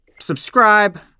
subscribe